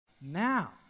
Now